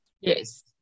Yes